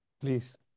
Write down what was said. please